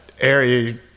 area